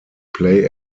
play